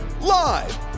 Live